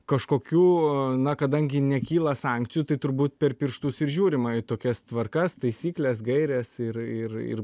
kažkokių na kadangi nekyla sankcijų tai turbūt per pirštus ir žiūrima į tokias tvarkas taisykles gaires ir ir ir